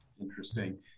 Interesting